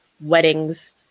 weddings